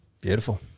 Beautiful